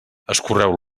escorreu